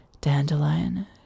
dandelion